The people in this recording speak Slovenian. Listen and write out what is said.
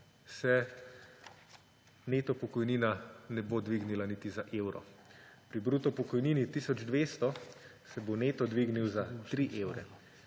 se neto pokojnina ne bo dvignila niti za evro. Pri bruto pokojnini tisoč 200 se bo neto dvignil za 3 evre,